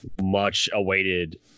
much-awaited